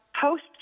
post